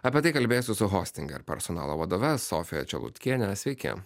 apie tai kalbėsiu su hostinger personalo vadove sofija čelutkienė sveiki